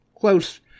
close